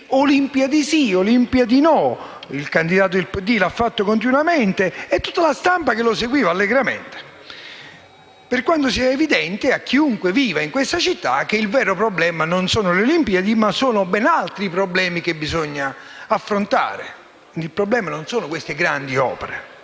se organizzarle o no: il candidato del PD lo ha fatto continuamente e tutta la stampa lo ha seguito allegramente, per quanto sia evidente a chiunque viva in questa città che il vero problema non sono le Olimpiadi e che sono ben altri i problemi che bisogna affrontare. Il problema non sono queste grandi opere.